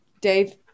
Dave